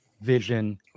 vision